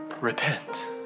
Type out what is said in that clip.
Repent